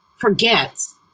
forgets